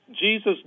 Jesus